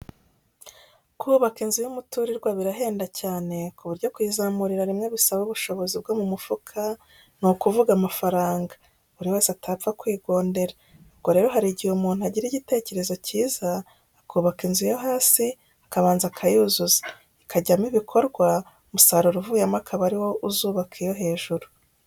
Kubaka inzu y'umuturirwa birahenda cyane, ku buryo kuyizamurira rimwe bisaba ubushobozi bwo mu mufuka, ni ukuvuga amafaranga, buri wese atapfa kwigondera, ubwo rero hari igihe umuntu agira igitekerezo cyiza, akubaka inzu yo hasi akabanza akayuzuza, ikajyamo ibikorwa, umusaruro uvuyemo akaba ari wo uzubaka iyo hejuru.